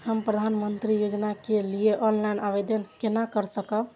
हम प्रधानमंत्री योजना के लिए ऑनलाइन आवेदन केना कर सकब?